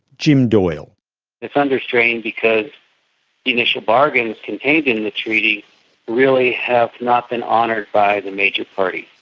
jim doyle it's under strain because the initial bargains contained in and the treaty really have not been honoured by the major parties,